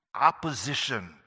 Opposition